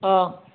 ꯑꯥ